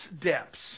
depths